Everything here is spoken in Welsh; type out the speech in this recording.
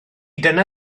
dyna